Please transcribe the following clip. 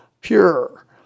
pure